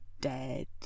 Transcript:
dead